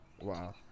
Wow